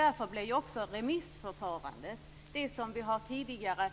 Därför blir också remissförfarandet som vi tidigare har